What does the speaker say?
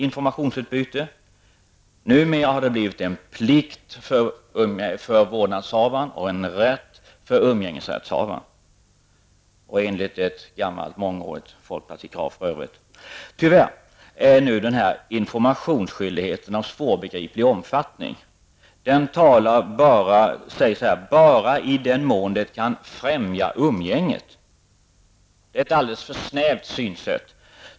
Numera är informationsskyldigheten en plikt för vårdnadshavaren och en rätt för umgängesrättshavaren -- för övrigt ett gammalt folkpartikrav. Tyvärr är denna informationsskyldighet av svårbegriplig omfattning. Det sägs här att informationsskyldighet föreligger ''bara i den mån den kan främja umgänget''. Enligt min uppfattning är detta ett alldeles för snävt synsätt.